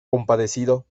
compadecido